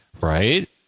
right